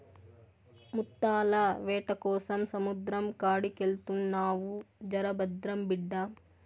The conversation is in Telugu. ముత్తాల వేటకోసం సముద్రం కాడికెళ్తున్నావు జర భద్రం బిడ్డా